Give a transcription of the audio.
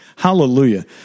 Hallelujah